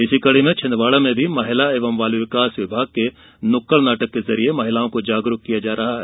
इसी कड़ी में छिंदवाड़ा में भी महिला एवं बाल विकास विभाग के नुक्कड़ नाटक के जरिए महिलाओं को जागरूक किया जा रहा है